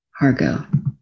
Hargo